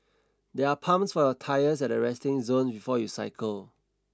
there are pumps for your tyres at the resting zone before you cycle